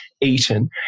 eaten